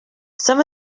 some